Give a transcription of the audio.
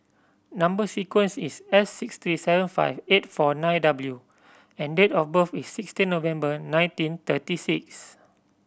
number sequence is S six three seven five eight four nine W and date of birth is sixteen November nineteen thirty six